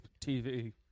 TV